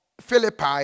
Philippi